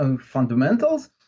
fundamentals